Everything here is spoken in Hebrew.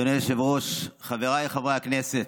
אדוני היושב-ראש, חבריי חברי הכנסת,